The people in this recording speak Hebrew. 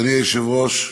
אדוני היושב-ראש,